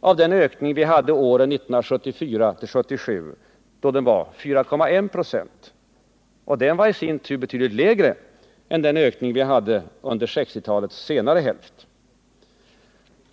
av den ökning vi hade åren 1974-1977, då den var 4,1 26. Och den vari sin tur betydligt lägre än den ökning vi hade under 1960-talets senare hälft.